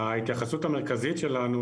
ההתייחסות המרכזית שלנו,